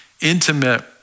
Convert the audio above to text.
intimate